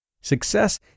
Success